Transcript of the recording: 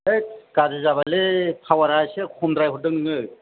होइद गाज्रि जाबायलै पावारा एसे खमद्राय हरदों नोङो